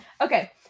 okay